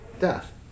death